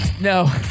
No